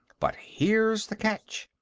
but here's the catch.